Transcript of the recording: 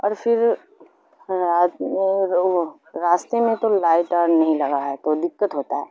اور فھر رات میں راستے میں تو لائٹ آ نہیں لگا ہے تو دقت ہوتا ہے